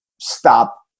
stop